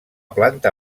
planta